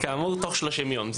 "כאמור, תוך 30 ימים".